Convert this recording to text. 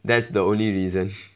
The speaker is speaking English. that's the only reason